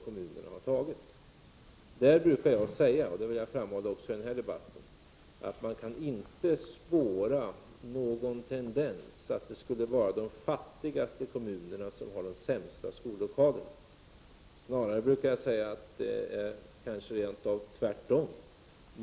Jag brukar säga, vilket jag vill framhålla även i denna debatt, att man inte kan spåra någon tendens som tyder på att det är de fattigaste kommunerna som har de sämsta skollokalerna. Jag brukar säga att det kanske rent av är tvärtom.